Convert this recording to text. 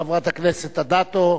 חברת הכנסת אדטו.